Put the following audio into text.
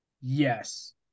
Yes